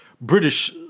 British